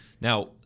Now